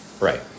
Right